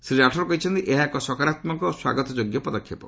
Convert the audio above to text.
ଶ୍ରୀ ରାଠୋର କହିଛନ୍ତି ଏହା ଏକ ସକାରାତ୍ମକ ଓ ସ୍ୱାଗତଯୋଗ୍ୟ ପଦକ୍ଷେପ